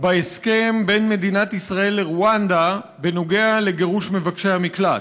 בהסכם בין מדינת ישראל לרואנדה בנוגע לגירוש מבקשי המקלט.